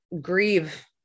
grieve